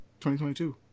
2022